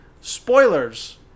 Spoilers